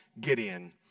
Gideon